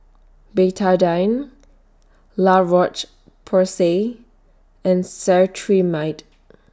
Betadine La Roche Porsay and Cetrimide